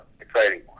exciting